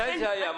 מתי זה היה?